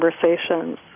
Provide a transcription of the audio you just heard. conversations